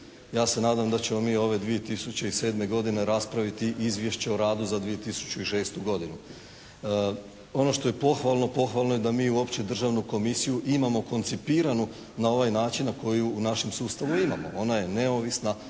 Ja se nadam da ćemo ove 2007. godine raspraviti izvješće o radu za 2006. godinu. Ono što je pohvalno pohvalno je da mi uopće Državnu komisiju imamo koncipiranu na ovaj način na koji u našem sustavu imamo. Ona je neovisna,